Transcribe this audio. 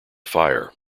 fire